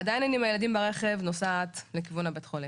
עדיין אני עם הילדים ברכב נוסעת לכיוון בית החולים.